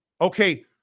Okay